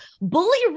Bully